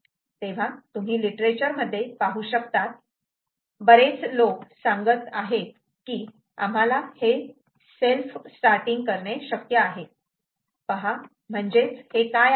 तेव्हा तुम्ही लिटरेचर मध्ये हे पाहू शकतात बरीच लोक सांगत आहे की आम्हाला हे सेल्फ स्टार्टिंग करणे शक्य आहे पहा म्हणजेच हे काय आहे